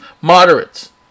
moderates